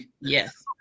Yes